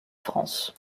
france